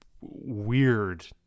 weird